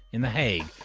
in the hague.